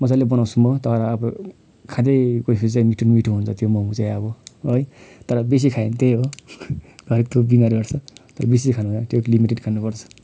मजाले बनाउँछु म तर अब खाँदै गयो पछि चाहिँ मिठो मिठो हुन्छ त्यो मोमो चाहिँ अब है तर बेसी खायो भने त्यही हो अर्को बिमार भेट्छ तर बेसी चाहिँ खानु हुँदैन त्यो लिमिटेड खानुपर्छ